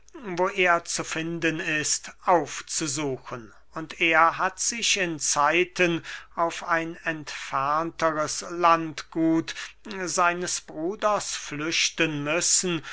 wo er zu finden ist aufzusuchen und er hat sich in zeiten auf ein entfernteres landgut seines bruders flüchten müssen